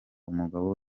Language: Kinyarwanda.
umugabo